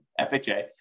FHA